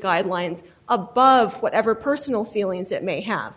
guidelines above whatever personal feelings it may have